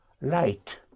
light